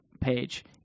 page